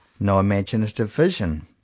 no imaginative vision,